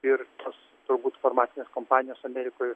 ir turbūt farmacinės kompanijos amerikoj